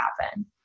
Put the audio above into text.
happen